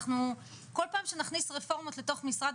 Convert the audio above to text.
כל פעם שנכניס רפורמות לתוך משרד,